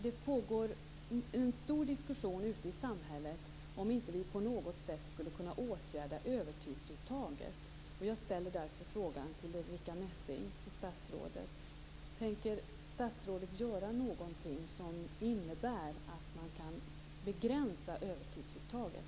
Det pågår en omfattande diskussion ute i samhället om vi inte på något sätt skulle kunna åtgärda övertidsuttaget.